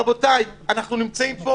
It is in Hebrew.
רבותיי, אנחנו נמצאים פה